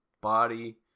body